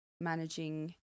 managing